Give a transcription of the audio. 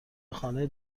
خانه